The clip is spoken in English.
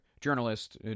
journalist